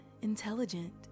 intelligent